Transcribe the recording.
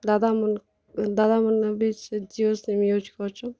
ଦାଦାମାନ ଦାଦାମାନେ ବି ସେ ଜିଓ ସିମ୍ ୟୁଜ୍ କରୁଛୁ